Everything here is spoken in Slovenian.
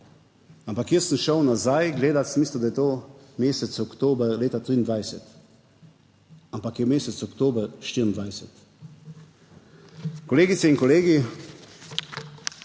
Ampak jaz sem šel nazaj gledati, sem mislil, da je to mesec oktober leta 2023, ampak je mesec oktober 2024. Kolegice in kolegi,